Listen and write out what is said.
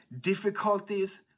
difficulties